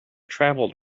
travelled